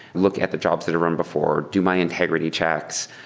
look at the jobs that are run before. do my integrity checks.